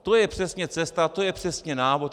To je přesně cesta, to je přesně návod .